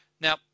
Now